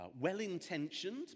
well-intentioned